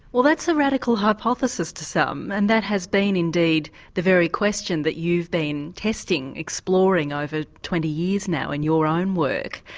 well that's a radical hypothesis to some, and that has been indeed the very question that you've been testing, exploring over twenty years now in your own work.